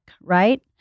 right